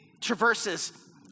traverses